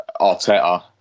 Arteta